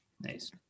Nice